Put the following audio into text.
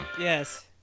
yes